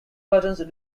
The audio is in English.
buttons